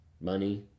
money